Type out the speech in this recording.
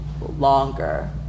longer